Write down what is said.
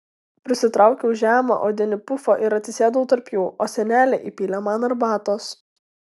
prisitraukiau žemą odinį pufą ir atsisėdau tarp jų o senelė įpylė man arbatos